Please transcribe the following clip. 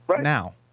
now